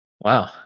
Wow